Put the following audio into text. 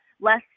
less